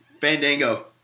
Fandango